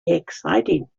exciting